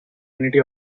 unity